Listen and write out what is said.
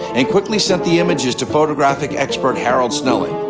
and quickly sent the images to photographic expert harold snelling,